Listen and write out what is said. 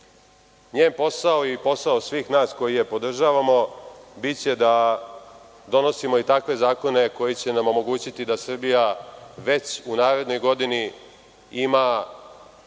posao i posao svih nas koji je podržavamo, biće da donosimo i takve zakone koji će nam omogućiti da Srbija već u narednoj godini ima